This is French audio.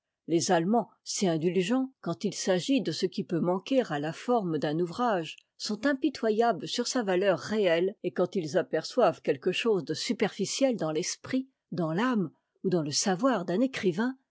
les allemands si indulgents quand il s'agit de ce qui peut manquer à la forme d'un ouvrage sont impitoyames sur sa valeur réelle et quand ils aperçoivent quelque chose de superficiel dans l'esprit dans l'âme ou dans le savoir d'un écrivain